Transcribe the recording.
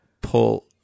pull